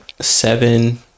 seven